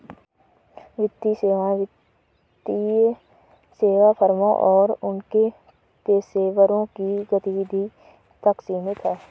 वित्तीय सेवाएं वित्तीय सेवा फर्मों और उनके पेशेवरों की गतिविधि तक सीमित हैं